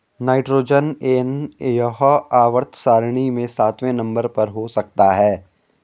nitrogen N यह आवर्त सारणी में सातवें नंबर पर हो सकता है